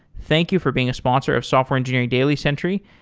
thank you for being a sponsor of software engineering daily, sentry,